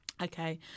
okay